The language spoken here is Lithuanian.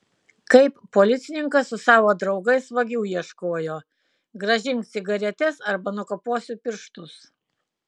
kaip policininkas su savo draugais vagių ieškojo grąžink cigaretes arba nukaposiu pirštus